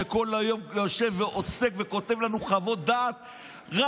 שכל היום יושב ועוסק וכותב לנו חוות דעת רק